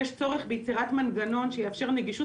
יש צורך ביצירת מנגנון שיאפשר נגישות